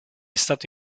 stato